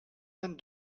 vingt